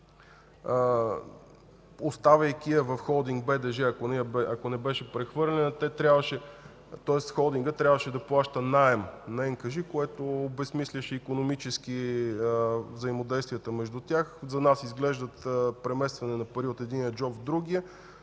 оставяйки я в „Холдинг БДЖ”, ако не беше прехвърлена, тоест Холдингът трябваше да плаща наем на НКЖИ, което обезсмисляше икономически взаимодействията между тях. За нас изглеждат преместване на пари от единия джоб в другия,